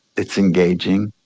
it's engaging.